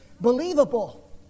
believable